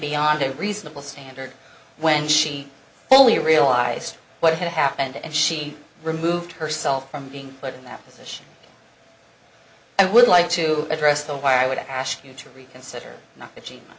beyond a reasonable standard when she fully realized what had happened and she removed herself from being put in that position i would like to address the why i would ask you to reconsider